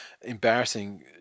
Embarrassing